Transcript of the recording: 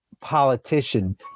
politician